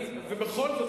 ובכל זאת,